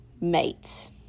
mates